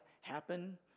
happen